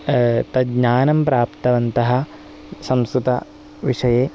तज्ज्ञानं प्राप्तवन्तः संस्कृतविषये